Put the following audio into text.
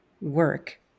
work